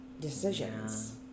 decisions